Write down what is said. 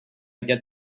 get